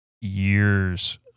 years